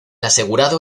asegurado